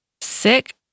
Sick